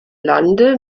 lande